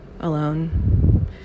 alone